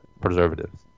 preservatives